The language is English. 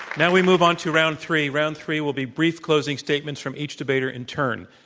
now we move on to round three. round three will be brief closing statements from each debater in turn.